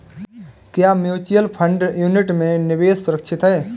क्या mutual fund unit में निवेश सुरक्षित है?